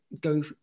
go